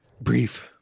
brief